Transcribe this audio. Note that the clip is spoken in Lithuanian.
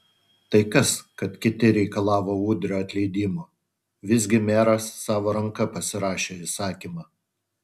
tai kas kad kiti reikalavo udrio atleidimo visgi meras savo ranka pasirašė įsakymą